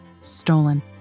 stolen